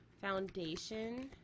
foundation